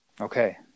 Okay